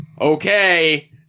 okay